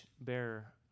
bearer